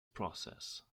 process